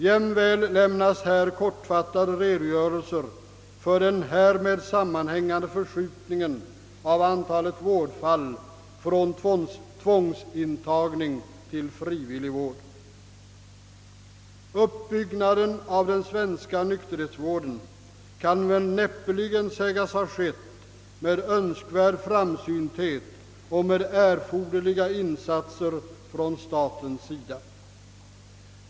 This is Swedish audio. Jämväl lämnas här kortfattade redogörelser för den härmed sammanhängande förskjutningen av antalet vårdfall från tvångsintagning till frivillig vård. Uppbyggnaden av den svenska nykterhetsvården kan väl näppeligen sägas ha skett med önskvärd framsynthet och med erforderliga insatser från statens sida.